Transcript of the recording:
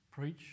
Preach